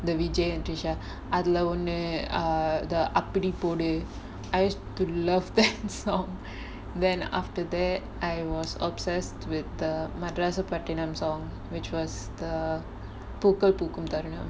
இந்த:intha vijay and trisha அதுல ஒன்னு:athula onnu ah the Appudi Podu podu I used to love song then after that I was obsessed with the Madrasapattinam song which was the Pookal Pookum Tharunam pookum tharunam